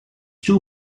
too